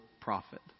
Prophet